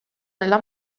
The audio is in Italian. nella